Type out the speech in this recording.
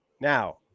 Now